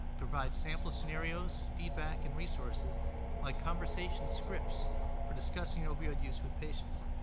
provide sample scenarios, feedback, and resources like conversation scripts for discussing opioid use with patients.